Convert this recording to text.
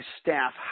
staff